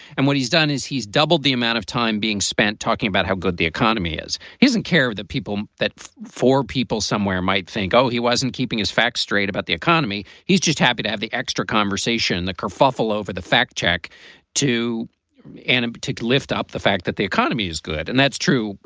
and what he's done is he's doubled the amount of time being spent talking about how good the economy is. he doesn't care of the people that four people somewhere might think, oh, he wasn't keeping his facts straight about the economy. he's just happy to have the extra conversation, the kerfuffle over the fact check two and a and but tick lift up, the fact that the economy is good. and that's true.